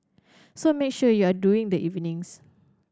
so make sure you are during the evenings